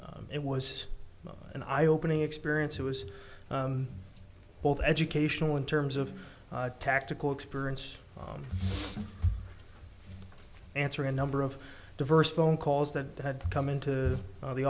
it was an eye opening experience it was both educational in terms of tactical experience answer a number of diverse phone calls that had come in to the